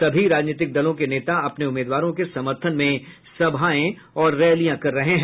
सभी राजनीतिक दलों के नेता अपने उम्मीदवारों के समर्थन में सभाएं और रैलियां कर रहे हैं